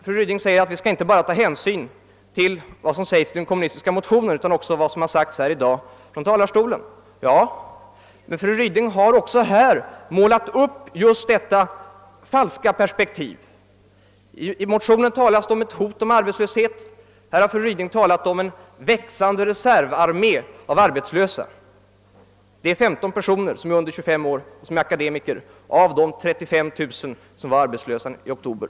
Fru Ryding säger slutligen att vi skall ta hänsyn inte bara till vad som sägs i den kommunistiska motionen utan också till vad som har sagts i dag, men fru Ryding har också här målat upp samma falska perspektiv. I motionen talas om hot om arbetslöshet och fru Ryding har här talat om en växande reservarmé av arbetslösa akademiker. Bland de 34 000 personer som var arbetslösa i oktober fanns det 18 personer under 25 år som var akademiker.